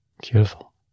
Beautiful